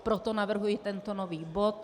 Proto navrhuji tento nový bod.